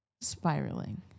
spiraling